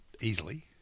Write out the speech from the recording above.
easily